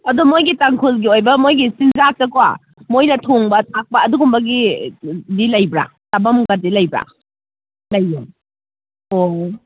ꯑꯗꯨ ꯃꯣꯏꯒꯤ ꯇꯥꯡꯈꯨꯜꯒꯤ ꯑꯣꯏꯕ ꯃꯣꯏꯒꯤ ꯆꯤꯟꯖꯥꯛꯇꯀꯣ ꯃꯣꯏꯅ ꯊꯣꯡꯕ ꯊꯥꯛꯄ ꯑꯗꯨꯒꯨꯝꯕꯒꯤꯗꯤ ꯂꯩꯕ꯭ꯔꯥ ꯆꯥꯐꯝꯒꯗꯤ ꯂꯩꯕ꯭ꯔꯥ ꯂꯩꯌꯦ ꯑꯣ